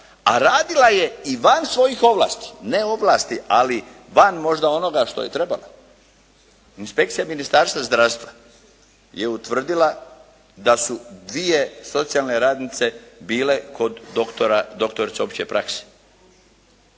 a radila je i van svojih ovlasti. Ne ovlasti ali van možda onoga što je trebala. Inspekcija Ministarstva zdravstva je utvrdila da su dvije socijalne radnice bile kod doktora, doktorice opće prakse.